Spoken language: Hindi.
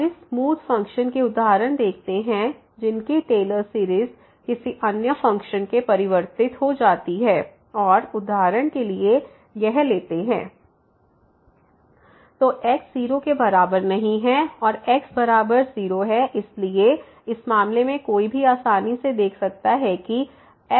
और इस स्मूथ फ़ंक्शन के उदाहरण देखते हैं जिनकी टेलर्स सीरीज़Taylor's series किसी अन्य फ़ंक्शन में परिवर्तित हो जाती है और उदाहरण के लिए यह लेते हैं fxe 1x2x≠0 0x0 तो x 0 के बराबर नहीं है और x बराबर 0 है इसलिए इस मामले में कोई भी आसानी से दिखा सकता है किfn है